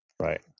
Right